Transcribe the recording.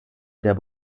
der